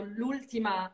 l'ultima